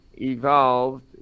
evolved